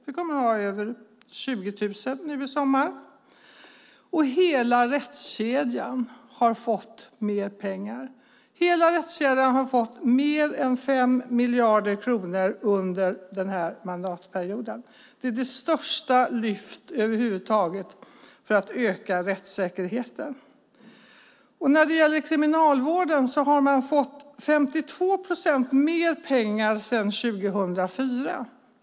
Vi kommer att ha över 20 000 poliser i sommar. Hela rättskedjan har fått mer pengar, mer än 5 miljarder kronor under den här mandatperioden. Det är det största lyftet över huvud taget för att öka rättssäkerheten. Kriminalvården har fått 52 procent mer pengar sedan 2004.